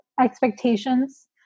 expectations